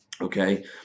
okay